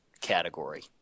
category